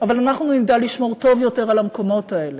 אבל אנחנו נדע לשמור טוב יותר על המקומות האלה.